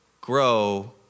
grow